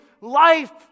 life